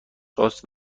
خواست